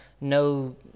no